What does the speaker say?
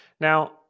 Now